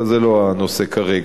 אבל זה לא הנושא כרגע.